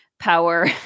power